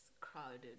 crowded